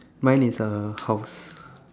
mine is a house